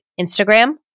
Instagram